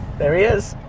there he is.